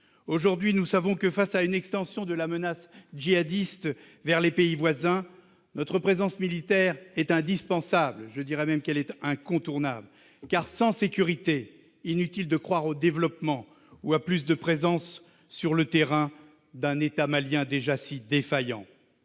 aujourd'hui, nous savons que, face à une extension de la menace djihadiste vers les pays voisins, notre présence militaire est indispensable. Je dirai même qu'elle est incontournable, car, sans sécurité, inutile de croire au développement ou à plus de présence sur le terrain de l'État malien, déjà si défaillant.